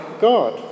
God